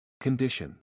Condition